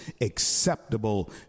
acceptable